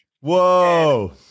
Whoa